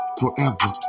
forever